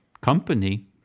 company